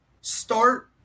start